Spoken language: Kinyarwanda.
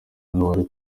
n’uwari